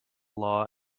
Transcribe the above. law